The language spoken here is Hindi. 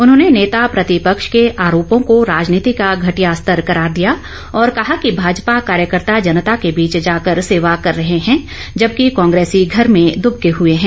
उन्होंने नेता प्रतिपक्ष के आरोपों को राजनीति का घटिया स्तर करार दिया और कहा कि भाजपा कार्यकर्ता जनता के बीच जाकर सेवा कर रहे हैं जबकि कांग्रेसी घर में दबके हए हैं